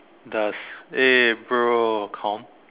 does eh bro com